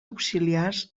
auxiliars